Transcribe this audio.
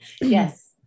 yes